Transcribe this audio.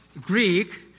Greek